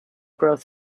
growth